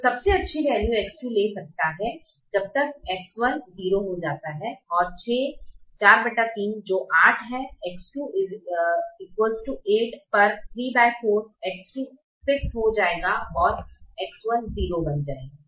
तो सबसे अच्छी वैल्यू X2 ले सकता है जब तक X1 0 हो जाता है 6 43 जो 8 है X2 8 पर 34 X2 यह 6 हो जाएगा ओर X1 यह 0 बन जाएगा